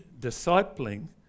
discipling